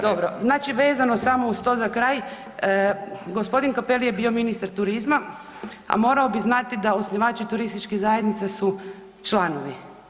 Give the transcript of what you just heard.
Dobro, znači vezano samo uz to za kraj, g. Cappelli je bio ministar turizma, a morao bi znati da osnivači turističkih zajednica su članovi.